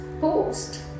post